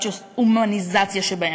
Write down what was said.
הדה-הומניזציה שבהם.